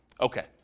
Okay